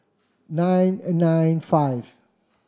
nine and nine five